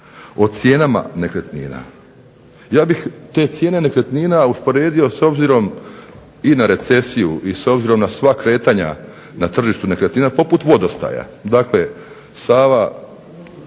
o cijenama nekretnina, ja bih te cijene nekretnina usporedio s obzirom i na recesiju i s obzirom na sva kretanja na tržištu nekretnina poput vodostaja.